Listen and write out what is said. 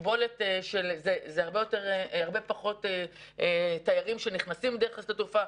זה הרבה פחות תיירים שנכנסים דרך שדה התעופה.